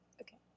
Okay